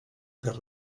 per